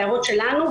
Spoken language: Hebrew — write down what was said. ההערות שלנו,